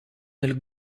nel